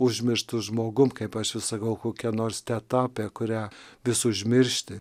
užmirštu žmogum kaip aš vis sakau kokia nors teta apie kurią vis užmiršti